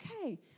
okay